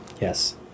Yes